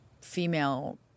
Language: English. female